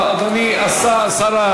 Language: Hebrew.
אדוני השר,